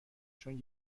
چون